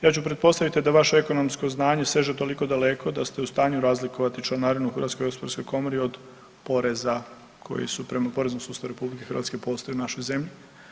Ja ću pretpostaviti da vaše ekonomsko znanje seže toliko daleko da ste u stanju razlikovati članarinu u HGK od poreza koji su prema poreznom sustavu RH postoje u našoj zemlji.